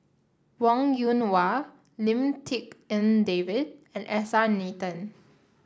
Wong Yoon Wah Lim Tik En David and S R Nathan